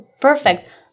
perfect